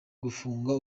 gufungwa